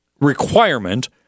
requirement